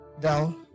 down